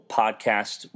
podcast